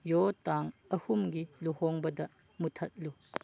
ꯌꯣ ꯇꯥꯡ ꯑꯍꯨꯝꯒꯤ ꯂꯨꯍꯣꯡꯕꯗ ꯃꯨꯊꯠꯂꯨ